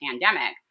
pandemic